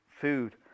food